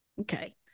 Okay